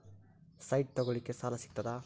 Site ತಗೋಳಿಕ್ಕೆ ಸಾಲಾ ಸಿಗ್ತದಾ?